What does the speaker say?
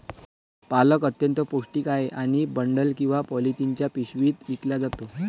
पालक अत्यंत पौष्टिक आहे आणि बंडल किंवा पॉलिथिनच्या पिशव्यात विकला जातो